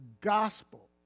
gospel